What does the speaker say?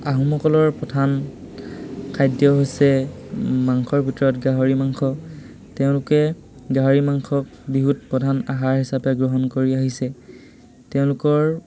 আহোমসকলৰ প্ৰধান খাদ্য হৈছে মাংসৰ ভিতৰত গাহৰি মাংস তেওঁলোকে গাহৰি মাংসক বিহুত প্ৰধান আহাৰ হিচাপে গ্ৰহণ কৰি আহিছে তেওঁলোকৰ